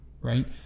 right